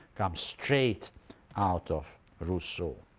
comes straight out of rousseau.